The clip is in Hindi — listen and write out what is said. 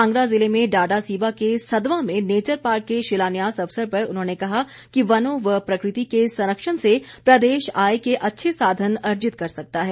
कांगड़ा जिले में डाडासीबा के सदवां में नेचर पार्क के शिलान्यास अवसर पर उन्होंने कहा कि वनों व प्रकृति के संरक्षण से प्रदेश आय के अच्छे साधन अर्जित कर सकता है